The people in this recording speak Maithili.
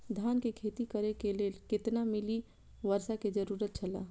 धान के खेती करे के लेल कितना मिली वर्षा के जरूरत छला?